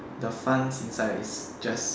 the funds inside is just